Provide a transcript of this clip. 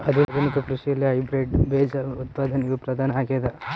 ಆಧುನಿಕ ಕೃಷಿಯಲ್ಲಿ ಹೈಬ್ರಿಡ್ ಬೇಜ ಉತ್ಪಾದನೆಯು ಪ್ರಧಾನ ಆಗ್ಯದ